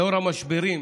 לנוכח המשברים,